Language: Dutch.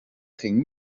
ging